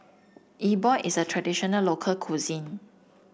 E Bua is a traditional local cuisine